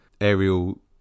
aerial